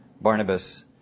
Barnabas